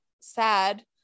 sad